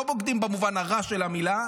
לא בוגדים במובן הרע של המילה,